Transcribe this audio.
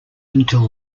until